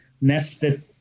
nested